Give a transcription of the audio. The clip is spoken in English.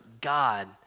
God